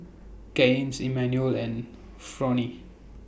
Gaines Emanuel and Fronie